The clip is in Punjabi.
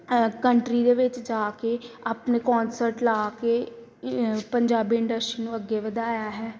ਕੰਟਰੀ ਦੇ ਵਿੱਚ ਜਾ ਕੇ ਆਪਣੇ ਕੋਨਸਰਟ ਲਾ ਕੇ ਪੰਜਾਬੀ ਇੰਡਸਟਰੀ ਨੂੰ ਅੱਗੇ ਵਧਾਇਆ ਹੈ